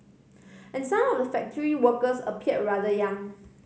and some of the factory workers appeared rather young